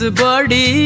body